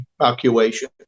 evacuation